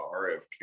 rfk